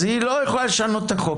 אז היא לא יכולה לשנות את החוק.